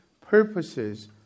purposes